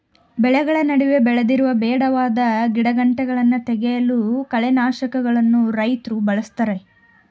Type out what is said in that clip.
ಬೆಳೆಗಳ ನಡುವೆ ಬೆಳೆದಿರುವ ಬೇಡವಾದ ಗಿಡಗಂಟೆಗಳನ್ನು ತೆಗೆಯಲು ಕಳೆನಾಶಕಗಳನ್ನು ರೈತ್ರು ಬಳ್ಸತ್ತರೆ